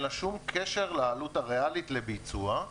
לה שום קשר בין העלות הריאלית לבין הביצוע.